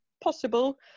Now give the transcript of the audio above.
possible